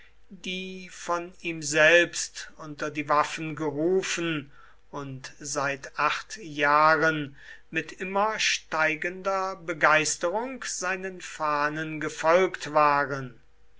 die von ihm selbst unter die waffen gerufen und seit acht jahren mit immer steigender begeisterung seinen fahnen gefolgt waren